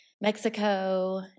Mexico